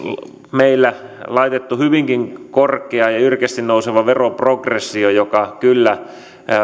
meillä laitettu hyvinkin korkea ja jyrkästi nouseva veroprogressio joka kyllä